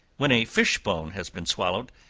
when a fish bone has been swallowed,